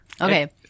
Okay